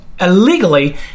illegally